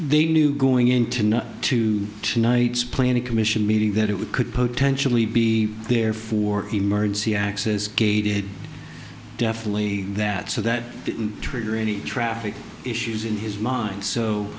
they knew going into not to tonight's planning commission meeting that it would could potentially be there for emergency access gated definitely that so that didn't trigger any traffic issues in his mind so